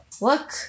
look